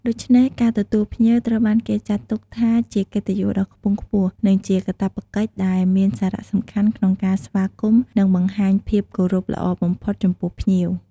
ដូច្នេះ ការទទួលភ្ញៀវត្រូវបានគេចាត់ទុកថាជាកិត្តិយសដ៏ខ្ពង់ខ្ពស់ និងជាកាតព្វកិច្ចដែលមានសារៈសំខាន់ក្នុងការស្វាគមន៍ និងបង្ហាញភាពគោរពល្អបំផុតចំពោះភ្ញៀវ។